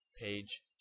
Page